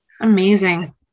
Amazing